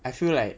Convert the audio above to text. I feel like